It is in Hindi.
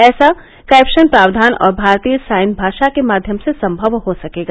ऐसा कैष्शन प्रावधान और भारतीय साइन भाषा के माध्यम से संगव हो सकेगा